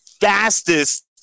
fastest